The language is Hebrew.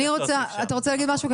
אתה רוצה להגיד משהו?